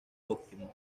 óptimo